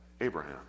Abraham